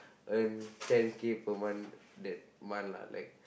earn ten K per month that month lah like